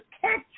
catch